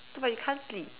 no but you can't sleep